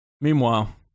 Meanwhile